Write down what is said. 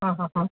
आहाहा